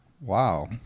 Wow